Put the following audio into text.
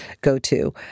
go-to